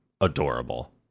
adorable